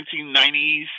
1990s